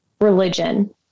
religion